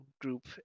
group